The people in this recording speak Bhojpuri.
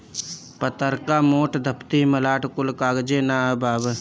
पतर्का, मोट, दफ्ती, मलाट कुल कागजे नअ बाअ